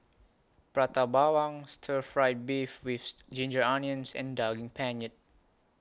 Prata Bawang Stir Fry Beef with Ginger Onions and Daging Penyet